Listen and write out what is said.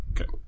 Okay